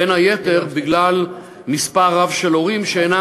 בין היתר בגלל מספר רב של הורים שאינם